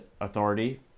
authority